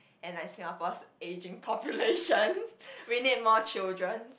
and like Singapore's ageing population we need more children